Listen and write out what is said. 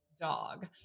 dog